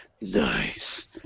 Nice